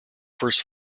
first